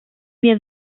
mir